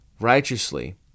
righteously